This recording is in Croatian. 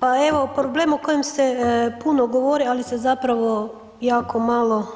Pa evo problem o kojem se puno govori, ali se zapravo jako malo